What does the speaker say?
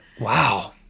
Wow